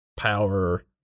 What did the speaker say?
Power